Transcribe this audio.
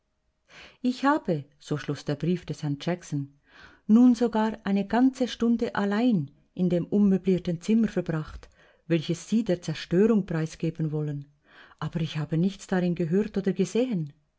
herrn jackson nun sogar eine ganze stunde allein in dem unmöblierten zimmer verbracht welches sie der zerstörung preisgeben wollen aber ich habe nichts darin gehört oder gesehen